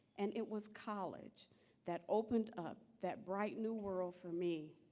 and it was college that opened up that bright new world for me.